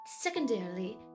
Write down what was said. Secondarily